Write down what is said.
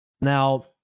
Now